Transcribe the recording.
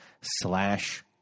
slash